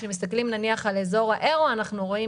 כשמסתכלים על אזור האירו אנחנו רואים